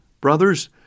Brothers